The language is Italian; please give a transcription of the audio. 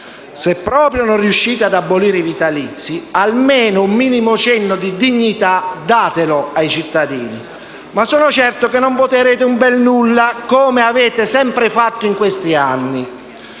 se proprio non riuscite ad abolire i vitalizi, almeno un minimo cenno di dignità datelo ai cittadini. Ma sono certo che non voterete un bel nulla, come avete sempre fatto in questi anni.